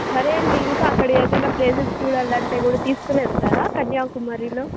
సరే అండి ఇంకా అక్కడ ఏదన్నప్లేసెస్ చూడాలంటే కూడా తీసుకొని వెళ్తారా కన్యాకుమారిలో